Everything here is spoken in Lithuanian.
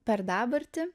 per dabartį